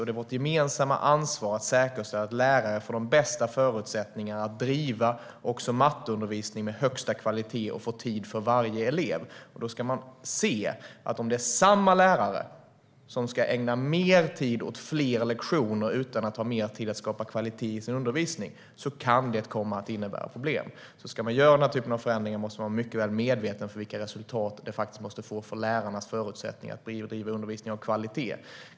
Det är vårt gemensamma ansvar att säkerställa att lärare får de bästa förutsättningarna att bedriva också matteundervisning med högsta kvalitet och att de får tid för varje elev. Om det är samma lärare som ska ägna mer tid åt fler lektioner utan att ha mer tid att skapa kvalitet i sin undervisning kan det innebära problem. Ska man göra den här typen av förändringar måste man vara mycket väl medveten om vilka resultat det faktiskt måste få för lärarnas förutsättningar att bedriva undervisning av kvalitet.